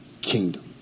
kingdom